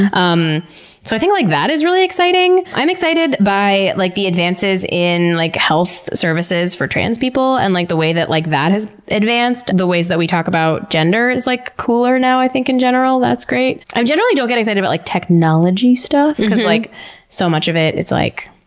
um so i think like that is really exciting. i'm excited by like the advances in like health services for trans people and like the way that like that has advanced. the ways that we talk about gender is like cooler now, i think, in general. that's great. i generally don't get excited about but like technology stuff cause like so much of it, it's like,